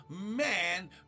man